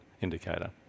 indicator